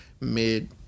mid